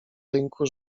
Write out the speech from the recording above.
rynku